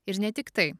ir ne tik tai